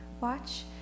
watch